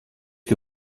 que